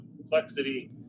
complexity